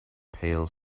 pale